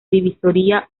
divisoria